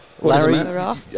Larry